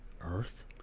earth